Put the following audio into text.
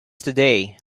today